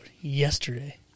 yesterday